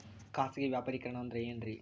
ಖಾಸಗಿ ವ್ಯಾಪಾರಿಕರಣ ಅಂದರೆ ಏನ್ರಿ?